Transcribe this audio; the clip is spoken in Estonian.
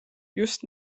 just